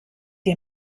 ihr